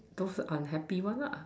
those unhappy one lah